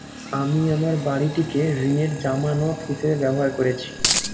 আমি আমার বাড়িটিকে ঋণের জামানত হিসাবে ব্যবহার করেছি